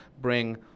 bring